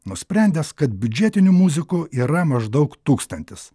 nusprendęs kad biudžetinių muzikų yra maždaug tūkstantis